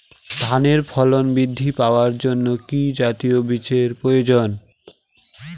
ধানে ফলন বৃদ্ধি পাওয়ার জন্য কি জাতীয় বীজের প্রয়োজন?